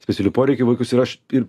specialių poreikių vaikus ir aš ir